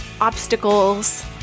obstacles